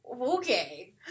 Okay